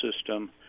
system